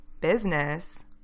business